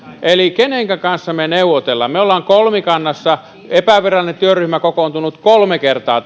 eli kenenkä kanssa me neuvottelemme kolmikannassa epävirallinen työryhmä on kokoontunut kolme kertaa